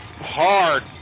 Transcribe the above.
hard